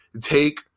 take